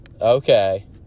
Okay